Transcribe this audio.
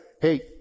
hey